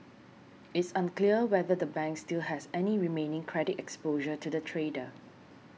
it's unclear whether the bank still has any remaining credit exposure to the trader